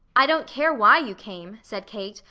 i don't care why you came, said kate,